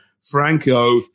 Franco